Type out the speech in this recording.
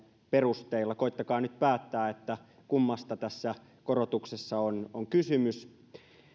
perusteilla koettakaa nyt päättää kummasta tässä korotuksessa on on kysymys